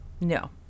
no